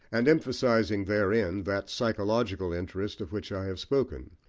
and emphasising therein that psychological interest of which i have spoken,